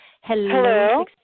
Hello